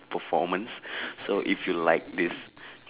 performance so if you like this